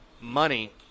money